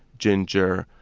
ginger,